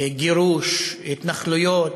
גירוש, התנחלויות,